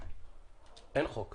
אין חוק.